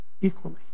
equally